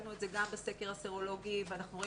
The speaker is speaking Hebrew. הצגנו את זה גם בסקר הסרולוגי ואנחנו רואים